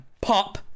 pop